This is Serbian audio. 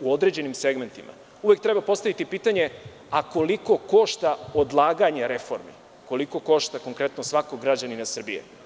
u određenim segmentima, uvek treba postaviti pitanje koliko košta odlaganje reformi, koliko košta svakog građanina Srbije.